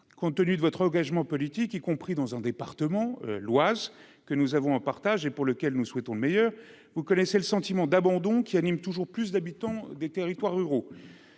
compte tenu de votre engagement politique, y compris dans un département, l'Oise, que nous avons en partage et pour lequel nous souhaitons le meilleur, vous connaissez le sentiment d'abandon qui anime toujours plus d'habitants des territoires ruraux,